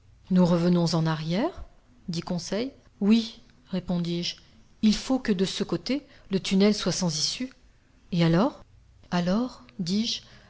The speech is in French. nous revenons en arrière dit conseil oui répondis-je il faut que de ce côté le tunnel soit sans issue et alors alors dis-je